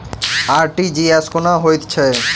RTGS कोना होइत छै?